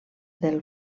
del